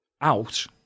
out